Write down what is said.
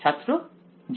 ছাত্র g